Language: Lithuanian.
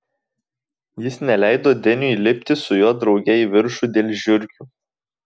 jis neleido deniui lipti su juo drauge į viršų dėl žiurkių